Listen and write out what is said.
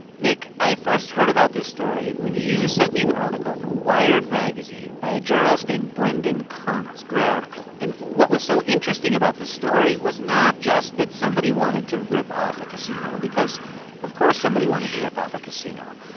nick, i first heard about this story when you sent me an article from wired magazine by a journalist named brendan koerner it's a great article and what was so interesting about this story was not just that somebody wanted to rip off a casino because of course somebody wanted to rip off a casino.